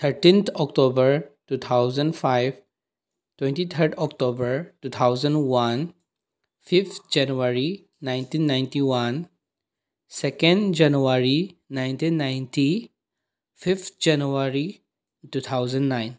thirteen October two thousand five twenty third October two thousand one fifth January nineteen ninety one second January nineteen ninety fifth January two thousand nine